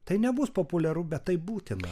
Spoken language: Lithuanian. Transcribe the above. tai nebus populiaru bet tai būtina